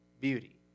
beauty